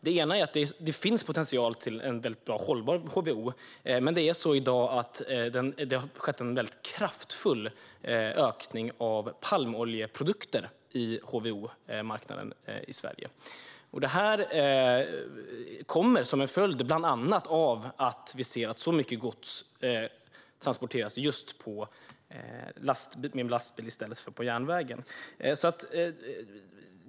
Det ena är att det finns potential för bra och hållbar HVO men att det i dag har skett en kraftig ökning av palmoljeprodukter på HVO-marknaden i Sverige. Detta är bland annat en följd av att så mycket gods transporteras med lastbil i stället för på järnvägen.